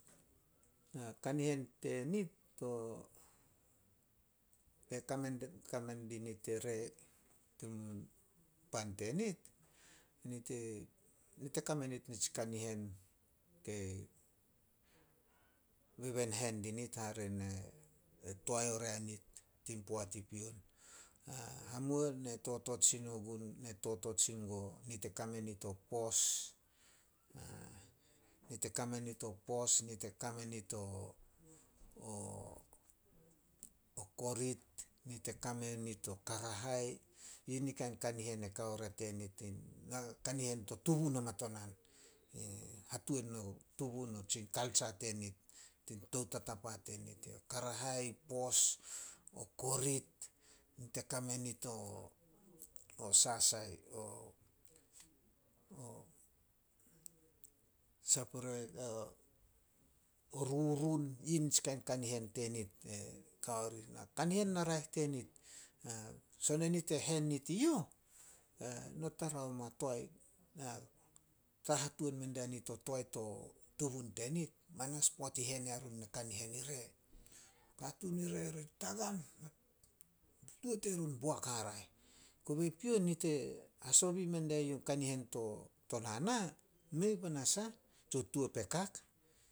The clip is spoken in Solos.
Kanihen tenit ke kame- ke kame dinit ere tin, pan tenit, nit e- nit e kame nit nitsi kanihen ke beben hen dinit hare ne toae oria nit tin poat i pion. Hamuo ne totot sin guo, nit e kame nit o pos. Nit e kame nit o pos, nit e kame nit o korit, nit e kame nit o karahai. Yi ni kain kanihen e kao ria tenit. Kanihen to tubun hamatonan, hatuan o tubun tsi kaltsa tenit, tien toutatapa tenit. Karahai, pos, o korit, nit e kame nit o sasai, o rurun, yi nitsi kain kanihen tenit e kao rih. Kanihen na raeh tenit, son enit te hen nit i youh, no tara o ma toae, tara hatuan mendia nit o toae to tubun tenit. Manas poat i hen yarun na kanihen ire, katuun ire ri tagan. Tuo terun boak haraeh. Kobe pion, nit e hasobi mendia youh in kanihen to tonana, mei panas ah, tsio tuo pekak.